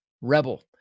rebel